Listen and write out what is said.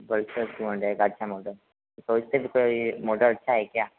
Pulsar model का अच्छा model कोई इससे भी कोई मॉडल अच्छा है क्या